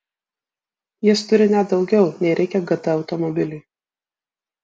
jis turi net daugiau nei reikia gt automobiliui